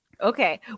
okay